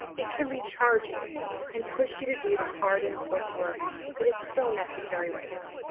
it can recharge you and push you to do the hard and important work that is so necessary right now.